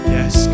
Yes